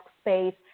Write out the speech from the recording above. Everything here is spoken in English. space